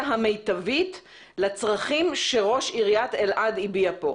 המיטבית לצרכים ראש עיריית אלעד הביע פה?